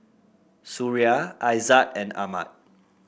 Suria Aizat and Ahmad